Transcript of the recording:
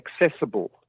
accessible